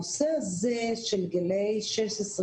הנושא הזה של גילאי 16,